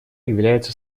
является